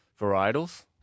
varietals